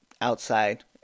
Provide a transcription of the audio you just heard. outside